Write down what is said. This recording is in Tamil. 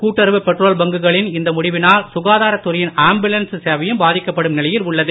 கூட்டுறவு பெட்ரோல் பங்க் குகளின் இந்த முடிவினால் சுகாதாரத் துறையின் ஆம்புலன்ஸ் சேவையும் பாதிக்கப்படும் நிலையில் உள்ளது